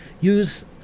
use